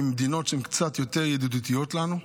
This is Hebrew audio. ממדינות שהן קצת יותר ידידותיות לנו.